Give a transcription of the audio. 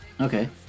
Okay